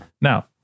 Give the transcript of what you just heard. Now